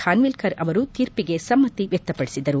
ಬಾನ್ವಿಲ್ಲರ್ ಅವರು ತೀರ್ಪಿಗೆ ಸಮ್ನತಿ ವ್ಲಕ್ತಪಡಿಸಿದರು